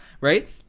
Right